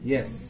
Yes